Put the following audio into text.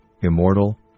immortal